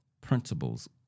principles